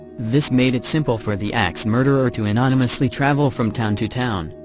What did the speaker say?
this made it simple for the ax murderer to anonymously travel from town to town,